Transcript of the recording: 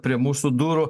prie mūsų durų